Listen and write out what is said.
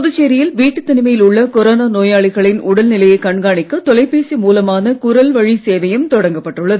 புதுச்சேரியில் வீட்டுத் தனிமையில் உள்ள கொரோனா நோயாளிகளின் உடல் கண்காணிக்க தொலைபேசி மூலமான குரல்வழி சேவையும் நிலையைக் தொடங்கப்பட்டுள்ளது